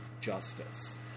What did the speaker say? justice